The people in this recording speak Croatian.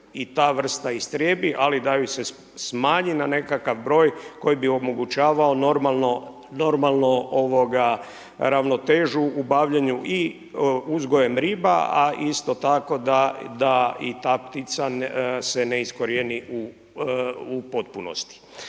i ta vrsta istrijebi. Ali da ju se smanji na nekakav broj koji bi omogućavao normalno ravnotežu u bavljenju i uzgojem riba a isto tako da i ta ptica se ne iskorijeni u potpunosti.